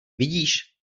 vidíš